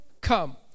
come